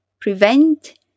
Prevent